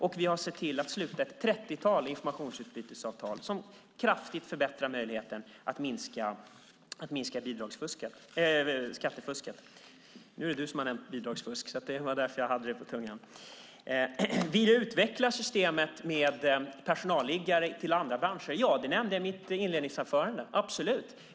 Och vi har sett till att sluta ett trettiotal informationsutbytesavtal som kraftigt förbättrar möjligheten att minska bidragsfusket - jag menar skattefusket. Peter Persson nämnde bidragsfusk, så därför hade jag det på tungan. Vill jag utveckla systemet med personalliggare till andra branscher? Ja, det nämnde jag i mitt inledningsanförande - absolut!